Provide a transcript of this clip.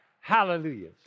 Hallelujah